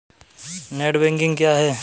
Net banking क्या है?